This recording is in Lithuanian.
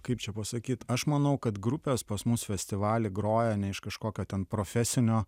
kaip čia pasakyt aš manau kad grupės pas mus festivaly groja ne iš kažkokio ten profesinio